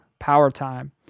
PowerTime